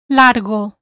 largo